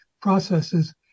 processes